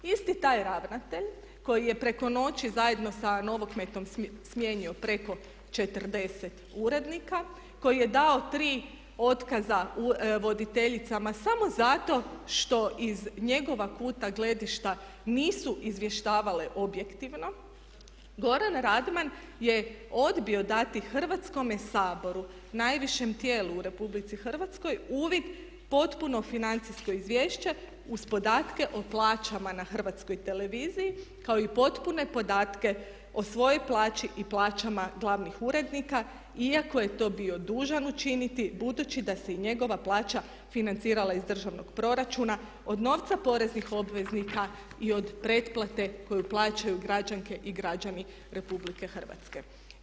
Isti taj ravnatelj koji je preko noći zajedno sa Novokmetom smijenio preko 40 urednika, koji je dao tri otkaza voditeljicama samo zato što iz njegova kuta gledišta nisu izvještavale objektivno Goran Radman je odbio dati Hrvatskome saboru, najvišem tijelu u Republici Hrvatskoj uvid, potpuno financijsko izvješće uz podatke o plaćama na Hrvatskoj televiziji kao i potpune podatke o svojoj plaći i plaćama glavnih urednika iako je to bio dužan učiniti budući da se i njegova plaća financirala iz državnog proračuna od novca poreznih obveznika i od pretplate koju plaćaju građanke i građani Republike Hrvatske.